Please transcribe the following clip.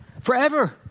Forever